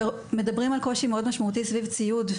מדברים על קושי מאוד משמעותי סביב ציוד,